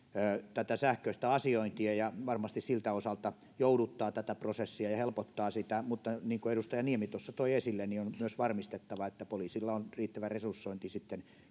tätä sähköistä asiointia ja varmasti siltä osalta jouduttaa tätä prosessia ja helpottaa sitä mutta niin kuin edustaja niemi tuossa toi esille on myös varmistettava että poliisilla on riittävä resursointi sitten